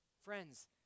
Friends